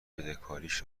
بدهکاریش